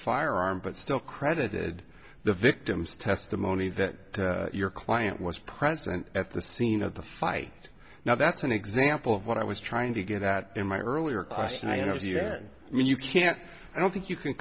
firearm but still credited the victim's testimony that your client was present at the scene of the fight now that's an example of what i was trying to get at in my earlier question i understand you can't i don't think you can